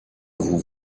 vous